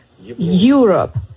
europe